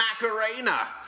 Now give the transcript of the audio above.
Macarena